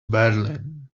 berlin